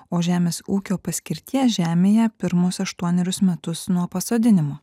o žemės ūkio paskirties žemėje pirmus aštuonerius metus nuo pasodinimo